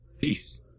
Peace